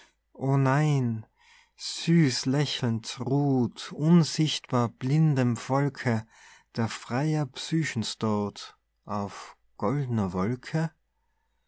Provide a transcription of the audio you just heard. o nein süß lächelnd ruht unsichtbar blindem volke der freier psychens dort auf goldner wolke